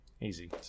easy